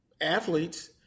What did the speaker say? athletes